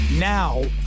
Now